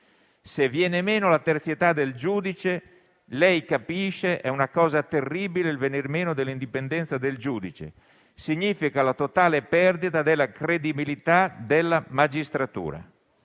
se viene meno la terzietà del giudice, lei capisce è una cosa terribile il venir meno dell'indipendenza del giudice, significa la totale perdita della credibilità della magistratura».